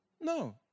No